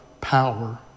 power